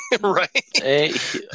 Right